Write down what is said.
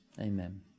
Amen